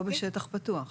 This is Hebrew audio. או בשטח פתוח.